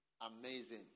Amazing